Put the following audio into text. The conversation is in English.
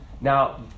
Now